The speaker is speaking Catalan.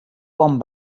bon